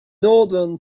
northern